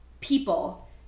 people